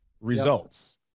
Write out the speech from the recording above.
results